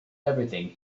everything